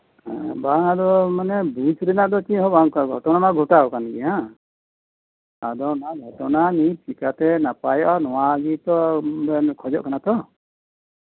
ᱵᱟᱝ ᱟᱫᱚ ᱵᱨᱤᱡ ᱨᱮᱱᱟᱜ ᱛᱚ ᱪᱮᱫ ᱦᱚᱸ ᱵᱟᱝ ᱪᱮᱠᱟᱣ ᱠᱟᱱᱟ ᱚᱱᱟ ᱢᱟᱛᱮ ᱜᱚᱴᱟᱣ ᱠᱟᱱ ᱜᱮ ᱵᱟᱝ ᱟᱫᱮ ᱱᱤᱛ ᱱᱚᱣᱟ ᱜᱷᱚᱴᱚᱱᱟ ᱪᱮᱠᱟᱛᱮ ᱱᱟᱯᱟᱭᱚᱜᱼᱟ ᱚᱱᱟ ᱜᱮᱛᱚ ᱵᱮᱱ ᱠᱷᱚᱡᱚᱜ ᱠᱟᱱᱟ ᱛᱚ